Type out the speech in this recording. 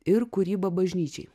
ir kūryba bažnyčiai